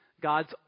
God's